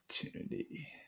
Opportunity